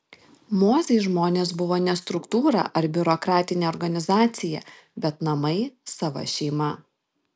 mozei žmonės buvo ne struktūra ar biurokratinė organizacija bet namai sava šeima